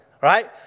right